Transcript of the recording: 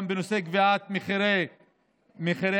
גם בנושא קביעת מחירי החשמל,